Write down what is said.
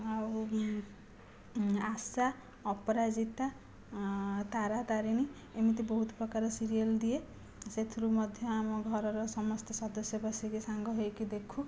ଆଉ ଆଶା ଅପରାଜିତା ତାରା ତାରିଣୀ ଏମିତି ବହୁତ ପ୍ରକାର ସିରିଏଲ ଦିଏ ସେଇଥିରୁ ମଧ୍ୟ ଆମ ଘରର ସମସ୍ତ ସଦସ୍ୟ ବସିକି ସାଙ୍ଗ ହୋଇକି ଦେଖୁ